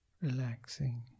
relaxing